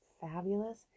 fabulous